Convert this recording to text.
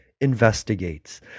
Investigates